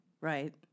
right